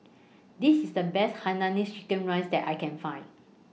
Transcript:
This IS The Best Hainanese Chicken Rice that I Can Find